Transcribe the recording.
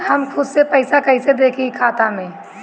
हम खुद से पइसा कईसे देखी खाता में?